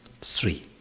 three